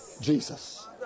Jesus